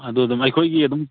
ꯑꯗꯨ ꯑꯗꯨꯝ ꯑꯩꯈꯣꯏꯒꯤ ꯑꯗꯨꯝ